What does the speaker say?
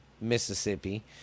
Mississippi